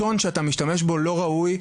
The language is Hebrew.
הטון שאתה משתמש בו לא ראוי,